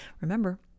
remember